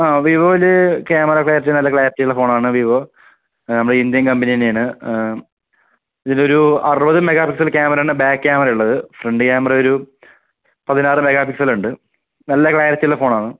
ആ വിവോയിൽ camera clarity നല്ല ക്ലാരിറ്റിയുള്ള ഫോണാണ് വിവോ നമ്മുടെ ഇന്ത്യൻ കമ്പനി തന്നെയാണ് ഇതിലൊരു അറുപത് മെഗാ പിക്സൽ ക്യാമറൻ്റെ ബായ്ക് ക്യാമറയാണ് ഉള്ളത് ഫ്രണ്ട് ക്യാമറ ഒരു പതിനാറ് മെഗാ പിക്സലുണ്ട് നല്ല ക്ലാരിറ്റിയുള്ള ഫോണാണ്